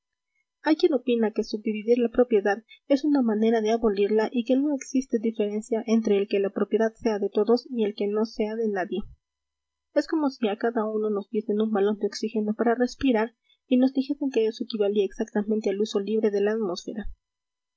quien opina que subdividir la propiedad es una manera de abolirla y que no existe diferencia entre el que la propiedad sea de todos y el que no sea de nadie es como si a cada uno nos diesen un balón de oxígeno para respirar y nos dijesen que eso equivalía exactamente al uso libre de la